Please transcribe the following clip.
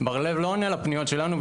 בר-לב לא עונה לפניות שלנו,